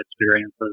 experiences